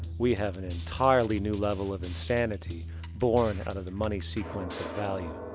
we have an entirely new level of insanity born out of the money sequence of value.